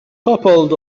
toppled